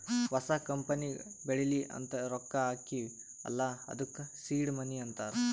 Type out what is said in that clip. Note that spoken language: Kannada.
ಹೊಸ ಕಂಪನಿಗ ಬೆಳಿಲಿ ಅಂತ್ ರೊಕ್ಕಾ ಹಾಕ್ತೀವ್ ಅಲ್ಲಾ ಅದ್ದುಕ ಸೀಡ್ ಮನಿ ಅಂತಾರ